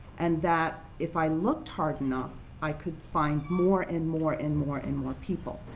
and that if i looked hard enough i could find more, and more, and more, and more people.